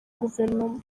guverinoma